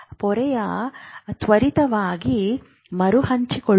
ಪೊರೆಯು ತ್ವರಿತವಾಗಿ ಮರುಹಂಚಿಕೊಳ್ಳುತ್ತದೆ